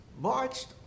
marched